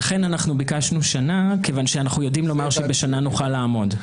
לכן ביקשנו שנה כיוון שאנחנו יודעים לומר שבשנה נוכל לעמוד.